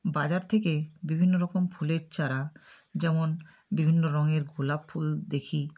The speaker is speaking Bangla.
বাজার থেকে বিভিন্ন রকম ফুলের চারা যেমন বিভিন্ন রঙের গোলাপ ফুল দেখি